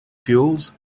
fuels